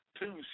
two